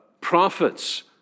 prophets